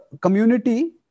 community